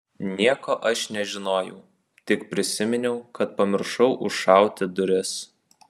nieko aš nežinojau tik prisiminiau kad pamiršau užšauti duris